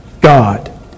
God